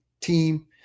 team